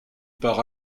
part